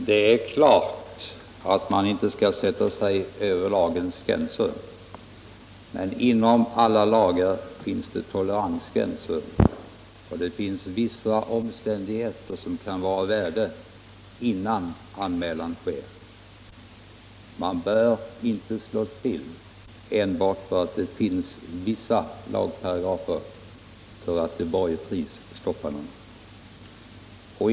Herr talman! Givetvis skall man hålla sig inom lagens gränser. Men inom alla lagar finns det toleransgränser, och det kan vara av värde att ta hänsyn till vissa omständigheter innan anmälan sker. Man bör inte slå till enbart därför att det finns lagparagrafer och till varje pris stoppa en utveckling.